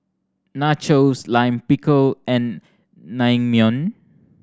Nachos Lime Pickle and Naengmyeon